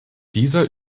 dieser